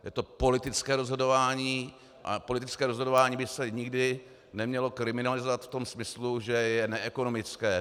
Je to politické rozhodování a politické rozhodování by se nikdy nemělo kriminalizovat v tom smyslu, že je neekonomické.